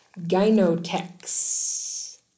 Gynotex